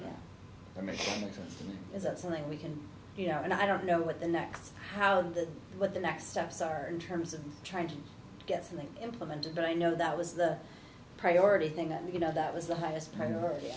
thing for me is that something we can you know and i don't know what the next how does what the next steps are in terms of trying to get something implemented but i know that was the priority thing that you know that was the highest priority